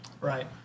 Right